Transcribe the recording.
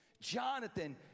Jonathan